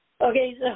Okay